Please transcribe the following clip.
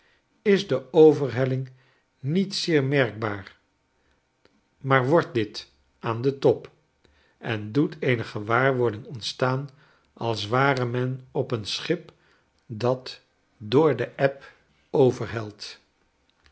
is de overhelling niet zeer merkbaar maar wordt dit aan den top en doet eene gewaarwording ontstaan als ware men op een schip dat door de eb overhelt